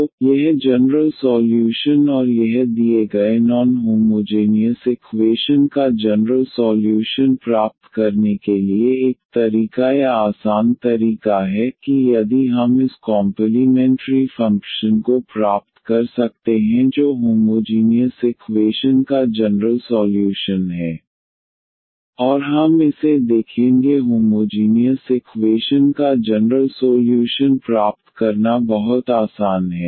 तो यह general solution और यह दिए गए नॉन होमोजेनियस इक्वेशन का जनरल सॉल्यूशन प्राप्त करने के लिए एक तरीका या आसान तरीका है कि यदि हम इस कॉम्पलीमेंट्री फ़ंक्शन को प्राप्त कर सकते हैं जो होमोजीनियस इक्वेशन का जनरल सॉल्यूशन है और हम इसे देखेंगे होमोजीनियस इक्वेशन का जनरल सोल्यूशन प्राप्त करना बहुत आसान है